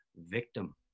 victim